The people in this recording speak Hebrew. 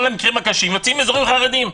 כל המקרים הקשים יוצאים מאזורים חרדיים.